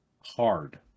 hard